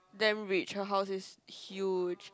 damn rich her house is huge